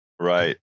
Right